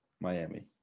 Miami